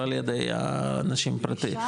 לא על ידי אנשים פרטיים,